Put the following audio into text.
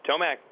Tomac